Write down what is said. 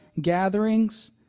gatherings